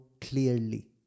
clearly